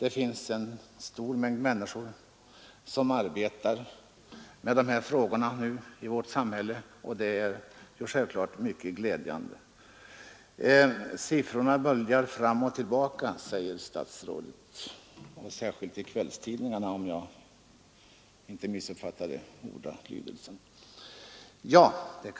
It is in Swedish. Det finns en stor mängd människor som nu arbetar med de här frågorna i vårt samhälle, och det är naturligtvis mycket glädjande. Siffrorna böljar fram och tillbaka, säger statsrådet, särskilt i kvällstidningarna — om jag inte missuppfattade ordalydelsen.